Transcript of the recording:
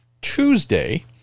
Tuesday